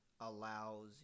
allows